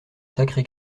sacré